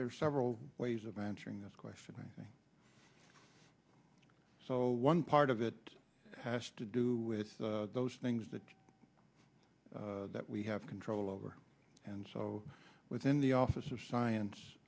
are several ways of answering this question i think so one part of it has to do with those things that that we have control over and so within the office of science